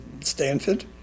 Stanford